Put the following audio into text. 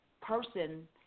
person